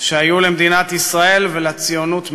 שהיו למדינת ישראל ולציונות מעודן.